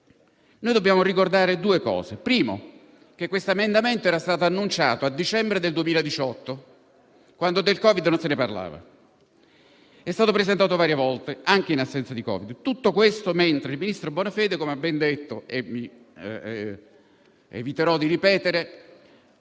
noi dobbiamo ricordare due cose. Primo: il citato emendamento era stato annunciato a dicembre del 2018, quando del Covid non se ne parlava, ed è stato presentato varie volte, anche in assenza di Covid. Tutto questo, mentre - come ha ben detto il collega ed io eviterò di ripetere